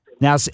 Now